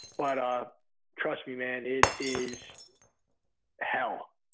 but trust me man it is hell.